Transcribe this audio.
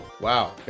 Wow